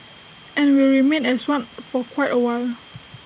and will remain as one for quite A while